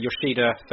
Yoshida